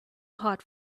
hot